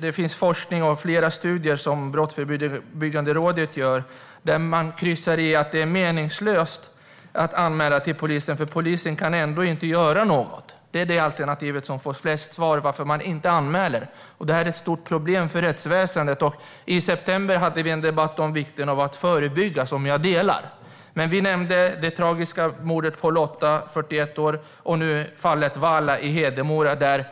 Det finns forskning och flera studier som Brottsförebyggande rådet gjort, där folk i undersökningar kryssat i att det är meningslöst att anmäla till polisen för den kan ändå ingenting göra. Detta är det alternativ som fått flest svar på frågan om varför man inte anmäler. Det här är ett stort problem för rättsväsendet. I september hade vi en debatt om vikten av att förebygga, och detta är viktigt. Vi tog upp det tragiska mordet på Lotta, 41 år, och nu har vi fallet Walaa i Hedemora.